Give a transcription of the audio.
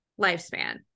lifespan